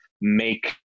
make